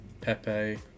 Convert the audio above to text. Pepe